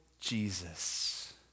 Jesus